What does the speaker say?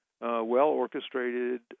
well-orchestrated